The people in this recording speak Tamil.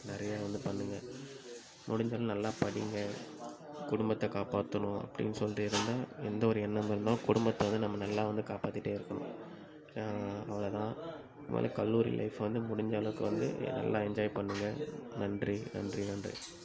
நிறையா வந்து பண்ணுங்கள் முடிஞ்சால் நல்லா படிங்க குடும்பத்தை காப்பாற்றணும் அப்படின்னு சொல்லிட்டு இருங்க எந்த ஒரு எண்ணமெல்லாம் குடும்பத்தை வந்து நம்ம நல்லா வந்து காப்பாற்றிட்டே இருக்கணும் அவ்வளோ தான் இந்த மாதிரி கல்லூரி லைஃபை வந்து முடிஞ்சளவுக்கு வந்து நல்லா என்ஜாய் பண்ணுங்கள் நன்றி நன்றி நன்றி